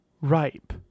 ripe